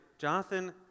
Jonathan